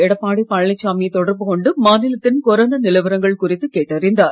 எடப்பாடி பழனிச்சாமியை தொடர்பு கொண்டு மாநிலத்தின் கொரோனா நிலவரங்கள் குறித்து கேட்டறிந்தார்